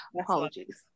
Apologies